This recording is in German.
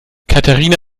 katharina